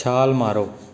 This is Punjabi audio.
ਛਾਲ ਮਾਰੋ